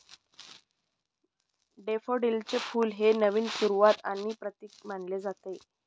डॅफोडिलचे फुल हे नवीन सुरुवात आणि नवीन प्रतीक मानले जाते